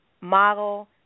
model